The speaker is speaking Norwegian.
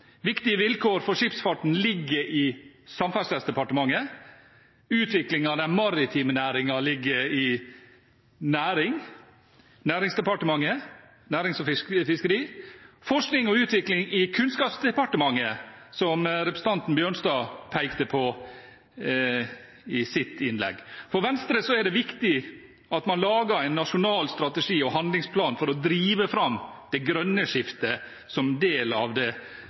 Viktige vilkår for skipsfarten ligger i Samferdselsdepartementet, utvikling av den maritime næringen ligger i Nærings- og fiskeridepartementet, og forskning og utvikling ligger i Kunnskapsdepartementet, som representanten Bjørnstad pekte på i sitt innlegg. For Venstre er det viktig at man lager en nasjonal strategi og handlingsplan for å drive fram det grønne skiftet som del av